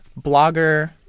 blogger